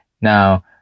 Now